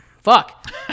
Fuck